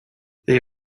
they